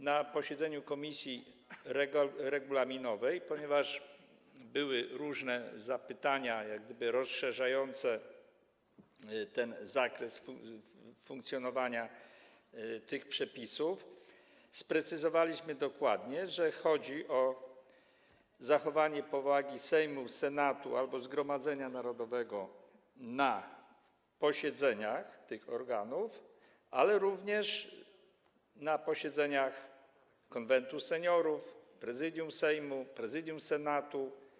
Na posiedzeniu komisji regulaminowej, ponieważ były różne zapytania rozszerzające zakres funkcjonowania tych przepisów, sprecyzowaliśmy dokładnie, że chodzi o zachowanie powagi Sejmu, Senatu albo Zgromadzenia Narodowego na posiedzeniach tych organów, ale również na posiedzeniach Konwentu Seniorów, Prezydium Sejmu, Prezydium Senatu.